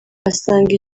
asanga